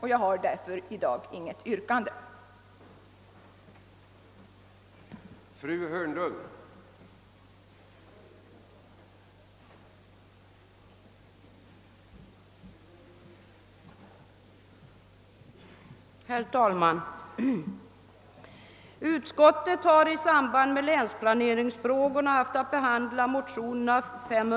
Jag har därför inget yrkande i dag.